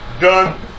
done